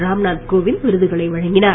ராம்நாத் கோவிந்த் விருதுகளை வழங்கினார்